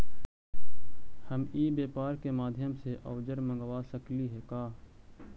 हम ई व्यापार के माध्यम से औजर मँगवा सकली हे का?